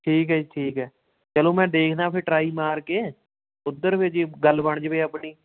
ਠੀਕ ਹੈ ਜੀ ਠੀਕ ਹੈ ਚਲੋ ਮੈਂ ਦੇਖਦਾ ਫਿਰ ਟਰਾਈ ਮਾਰਕੇ ਉੱਧਰ ਵੀ ਜੇ ਗੱਲ ਬਣ ਜਾਵੇ ਆਪਣੀ